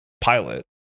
pilot